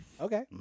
Okay